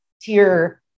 tier